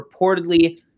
reportedly